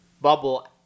bubble